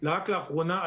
רק לאחרונה,